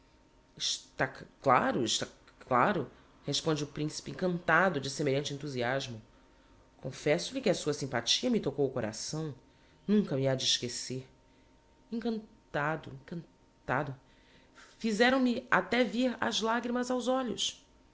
c claro está c claro responde o principe encantado de semelhante enthusiasmo confesso-lhe que a sua simpatia me tocou o coração nunca me ha de esquecer encan tado encan tado fizeram me até vir as lagrimas aos olhos